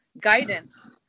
guidance